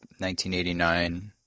1989